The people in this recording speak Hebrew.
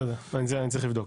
לא יודע, זה אני צריך לבדוק,